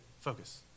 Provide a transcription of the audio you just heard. Focus